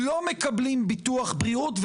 לא מקבלים ביטוח בריאות,